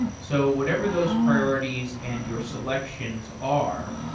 so whatever those priorities and your selections are,